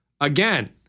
again